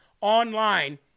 online